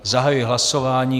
Zahajuji hlasování.